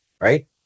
right